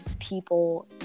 people